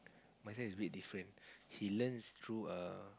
my son is a bit different he learns through uh